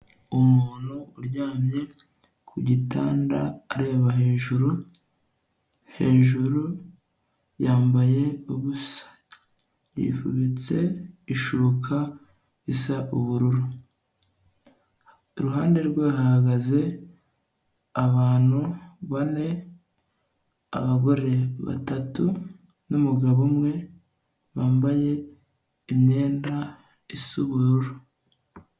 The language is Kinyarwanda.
Umuntu uryamye ku gitanda areba hejuru, hejuru yambaye ubusa yifubitse ishuka isa ubururu, iruhande rwe hahagaze abantu bane, abagore batatu n'umugabo umwe wambaye imyenda isa ubururu.